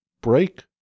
Break